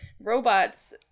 Robots